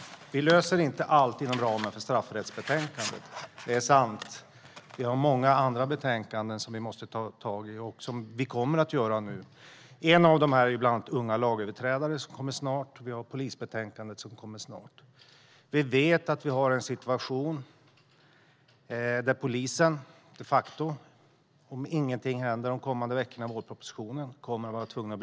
Det är sant att vi inte löser allt inom ramen för ett straffrättsbetänkande. Vi har många andra betänkanden som vi också måste ta tag i, och det kommer vi nu att göra. Ett av dessa handlar om unga lagöverträdare, vilket kommer snart. Även polisbetänkandet kommer snart. Vi vet att polisen kommer att vara tvungen att bedriva sin verksamhet på kredit, om ingenting händer de kommande veckorna när vårpropositionen ska lämnas.